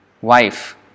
wife